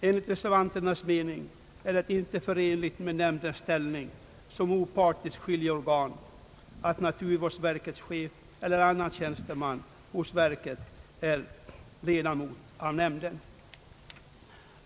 Enligt reservanternas mening är det inte förenligt med nämndens ställning som opartiskt skiljeorgan att naturvårdsverkets chef eller annan tjänsteman hos verket är ledamot av nämnden.